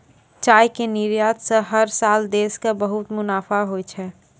चाय के निर्यात स हर साल देश कॅ बहुत मुनाफा होय छै